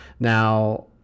Now